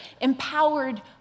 empowered